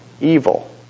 evil